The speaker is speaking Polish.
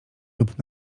lub